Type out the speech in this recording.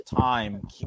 time